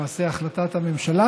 למעשה את החלטת המשלה